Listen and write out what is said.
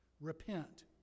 Repent